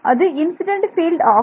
அது incident field ஆகும்